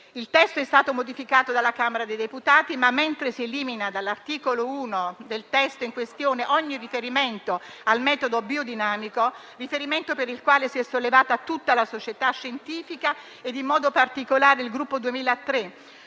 Il testo è stato modificato dalla Camera dei deputati, ma mentre si elimina dall'articolo 1 del testo in questione ogni riferimento al metodo biodinamico (riferimento per il quale si è sollevata tutta la società scientifica ed in modo particolare il Gruppo 2003,